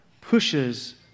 pushes